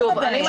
שם הבעיה.